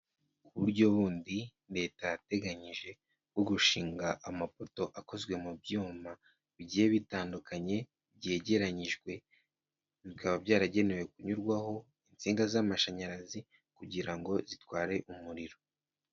Uburyo bundi leta yateganyije bwo gushinga amafoto akozwe mu byuma bigiye bitandukanye, byegeranyijwe bikaba byaragenewe kunyurwaho insinga z'amashanyarazi kugira ngo zitware umuriro.